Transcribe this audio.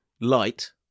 light